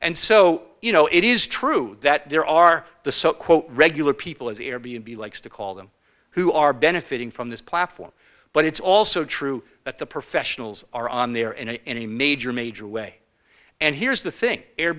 and so you know it is true that there are the so quote regular people as air b n b likes to call them who are benefiting from this platform but it's also true that the professionals are on there and a major major way and here's the thing air